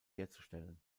herzustellen